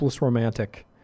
romantic